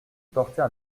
portait